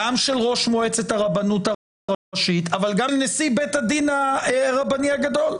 גם של ראש מועצת הרבנות הראשית אבל גם נשיא בית הדין הרבני הגדול,